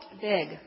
big